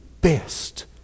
best